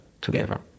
together